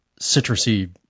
citrusy